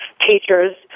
teachers